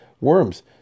Worms